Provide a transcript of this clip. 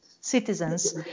citizens